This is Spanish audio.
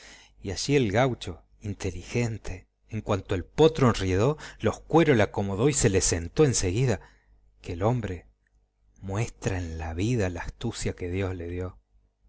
y allí el gaucho inteligente en cuanto el potro enriendó los cueros le acomodó y se le sentó en seguida que el hombre muestra en la vida la astucia que dios le dio